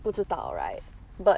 不知道 right but